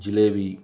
jalebi